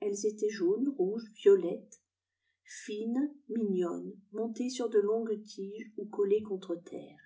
elles étaient jaunes rouges violettes fines mignonnes montées sur de longues tiges ou collées contre terre